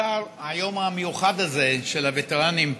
בעיקר ביום המיוחד הזה של הווטרנים,